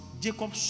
Jacob